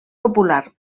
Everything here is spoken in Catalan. popular